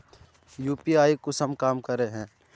UPI कुंसम काम करे है?